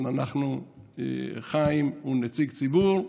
אבל חיים הוא נציג ציבור,